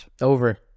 Over